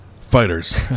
fighters